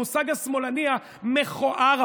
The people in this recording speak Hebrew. המושג השמאלני המכוער,